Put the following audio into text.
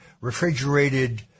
refrigerated